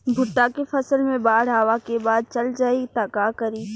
भुट्टा के फसल मे बाढ़ आवा के बाद चल जाई त का करी?